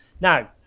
Now